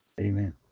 Amen